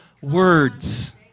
words